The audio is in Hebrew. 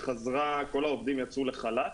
כל העובדים יצאו לחל"ת,